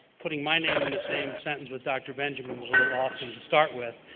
putting my name in the same sentence with dr. benjamin was a little awesome to start with,